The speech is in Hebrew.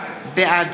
בעד